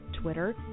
Twitter